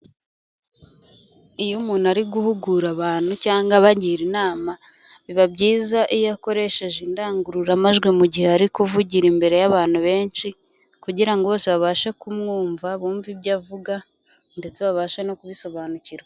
Iyo umuntu ari guhugura abantu cyangwa abagira inama biba byiza iyo akoresheje indangururamajwi mu gihe ari kuvugira imbere y'abantu benshi kugira ngo bose babashe kumwumva bumve ibyo avuga ndetse babashe no kubisobanukirwa.